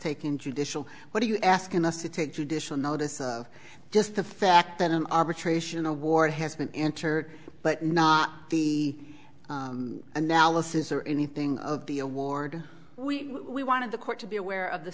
taking judicial what are you asking us to take judicial notice of just the fact that an arbitration award has been entered but not the analysis or anything of the award we we wanted the court to be aware of the